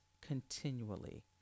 continually